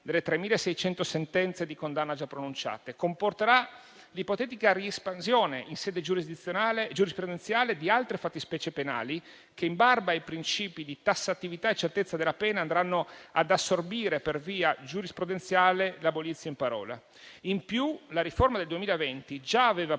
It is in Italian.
delle 3.600 sentenze di condanna già pronunciate; comporterà l'ipotetica riespansione in sede giurisprudenziale di altre fattispecie penali che, in barba ai princìpi di tassatività e certezza della pena, andranno ad assorbire per via giurisprudenziale l'*abolitio* in parola. In più, la riforma del 2020 già aveva